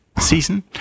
Season